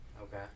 Okay